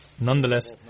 Nonetheless